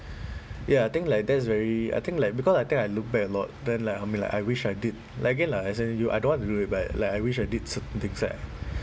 ya I think like that's very I think like because I think I look back lot then like I mean like I wish I did like again lah I said you I don't want to do it but like I wish I did certain things like